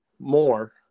more